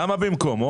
למה במקום?